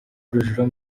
urujijo